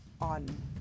on